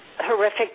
horrific